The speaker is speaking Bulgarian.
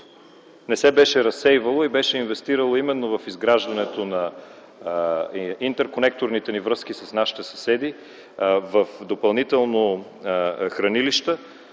не се беше разсейвало и беше инвестирало именно в изграждането на интерконекторните ни връзки с нашите съседи в допълнително хранилище